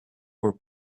were